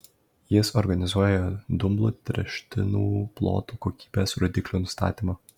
jis organizuoja dumblu tręštinų plotų kokybės rodiklių nustatymą